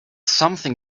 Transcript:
something